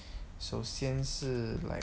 首先是 like